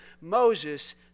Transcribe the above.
Moses